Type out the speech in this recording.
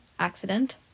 accident